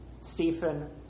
Stephen